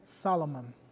Solomon